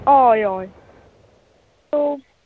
हय हय सो